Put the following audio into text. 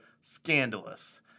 scandalous